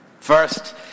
First